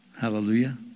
hallelujah